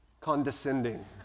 condescending